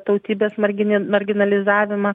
tautybės marginį marginalizavimą